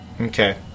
Okay